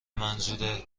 منظور